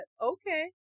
okay